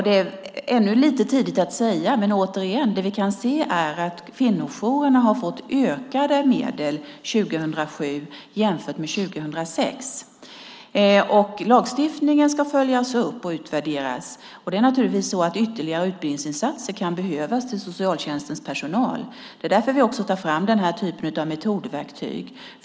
Det är ännu lite tidigt att säga något, men återigen: Det vi kan säga är att kvinnojourerna har fått ökade medel 2007 jämfört med 2006. Lagstiftningen ska följas upp och utvärderas. Det är naturligtvis så att ytterligare utbildningsinsatser kan behövas till socialtjänstens personal. Det är därför vi också tar fram den här typen av metodverktyg.